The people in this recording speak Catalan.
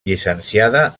llicenciada